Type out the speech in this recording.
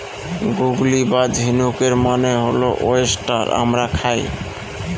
গুগলি বা ঝিনুকের মানে হল ওয়েস্টার আমরা খাই